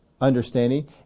understanding